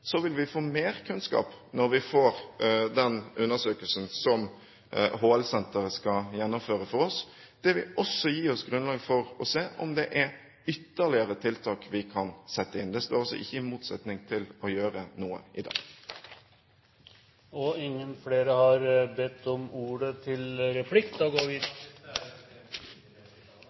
Så vil vi få mer kunnskap når vi får den undersøkelsen som HL-Senteret skal gjennomføre for oss. Det vil også gi oss grunnlag for å se om det er ytterligere tiltak vi kan sette inn. Det står altså ikke i motsetning til å gjøre noe i dag.